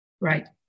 Right